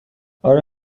آره